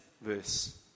verse